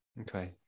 Okay